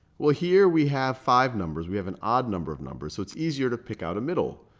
well, here we have five numbers. we have an odd number of numbers. so it's easier to pick out a middle.